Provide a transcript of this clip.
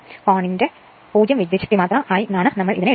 കോണിന്റെ 0 വിദ്യുച്ഛക്തിമാത്ര ആയി ആണ് നമ്മൾ ഇത് എടുക്കുന്നത്